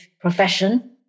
profession